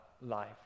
life